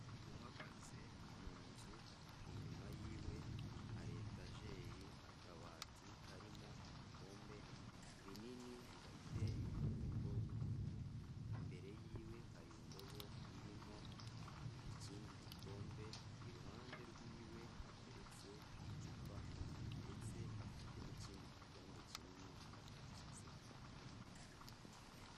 Uhagaze mu nzu inyuma yiwe hariletajeri akabati karimo ibikombe binini bifite imifuniko y'ubururu imbere y'iwe hari indobo irimo ikindi gikombe iruhande rw'iwe hateretse icupa ndetse afite n'ikindi gikombe kinini mu ntoki ze.